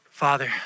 Father